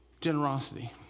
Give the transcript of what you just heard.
generosity